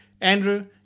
Andrew